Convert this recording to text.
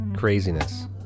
craziness